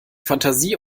fantasie